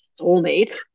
soulmate